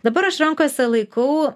dabar aš rankose laikau